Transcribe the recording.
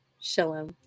Shalom